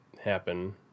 happen